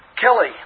Kelly